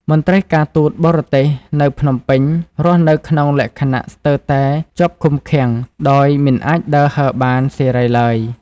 មន្ត្រីការទូតបរទេសនៅភ្នំពេញរស់នៅក្នុងលក្ខណៈស្ទើរតែជាប់ឃុំឃាំង ដោយមិនអាចដើរហើរបានសេរីឡើយ។